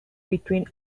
between